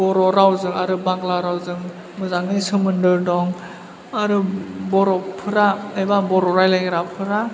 बर' राव जों आरो बांला रावजों मोजाङै सोमोन्दो दं आरो बर'फोरा एबा बर' रायज्लायग्राफोरा